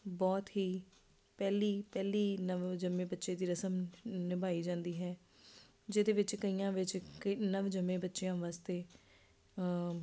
ਬਹੁਤ ਹੀ ਪਹਿਲੀ ਪਹਿਲੀ ਨਵ ਜੰਮੇ ਬੱਚੇ ਦੀ ਰਸਮ ਨਿਭਾਈ ਜਾਂਦੀ ਹੈ ਜਿਹਦੇ ਵਿੱਚ ਕਈਆਂ ਵਿੱਚ ਕ ਨਵ ਜੰਮੇ ਬੱਚਿਆਂ ਵਾਸਤੇ